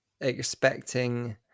expecting